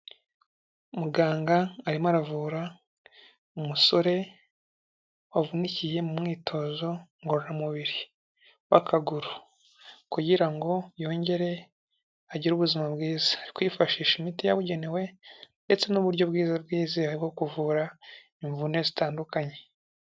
Muganga arimo aravura umusore wavunikiye mu mwitozo ngororamubiri w'akaguru, kugira ngo yongere agire ubuzima bwiza, ari kwifashisha imiti yabugenewe ndetse n'uburyo bwiza bwizewe bwo kuvura imvune zitandukanye.